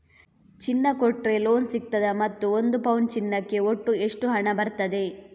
ಚಿನ್ನ ಕೊಟ್ರೆ ಲೋನ್ ಸಿಗ್ತದಾ ಮತ್ತು ಒಂದು ಪೌನು ಚಿನ್ನಕ್ಕೆ ಒಟ್ಟು ಎಷ್ಟು ಹಣ ಬರ್ತದೆ?